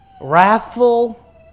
wrathful